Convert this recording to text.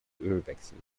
ölwechsel